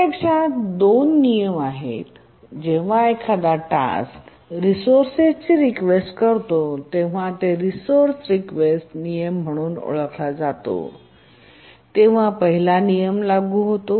प्रत्यक्षात दोन नियम आहेत जेव्हा एखादा टास्क रिसोर्सेसची रीक्वेस्ट करतो तेव्हा रिसोर्से रीक्वेस्ट नियम म्हणून ओळखला जातो तेव्हा पहिला नियम लागू होतो